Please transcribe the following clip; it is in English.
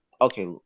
okay